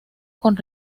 con